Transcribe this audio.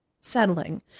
settling